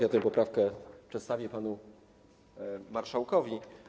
Ja tę poprawkę przedstawię panu marszałkowi.